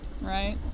right